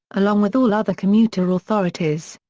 along with all other commuter authorities.